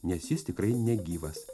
nes jis tikrai negyvas